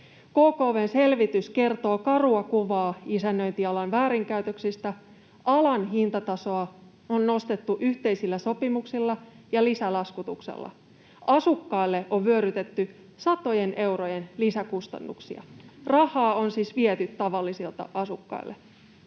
KKV:n selvitys kertoo karua kuvaa isännöintialan väärinkäytöksistä. Alan hintatasoa on nostettu yhteisillä sopimuksilla ja lisälaskutuksilla. Asukkaille on vyörytetty satojen eurojen lisäkustannuksia. Rahaa on siis viety tavallisilta asukkailta.